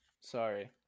Sorry